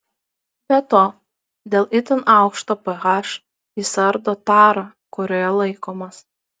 be to dėl itin aukšto ph jis ardo tarą kurioje laikomas